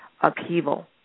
upheaval